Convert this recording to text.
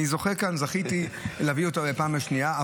אני זוכה כאן, זכיתי להביא אותה בפעם השנייה.